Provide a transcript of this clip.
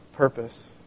purpose